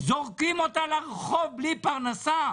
זורקים אותה לרחוב בלי פרנסה.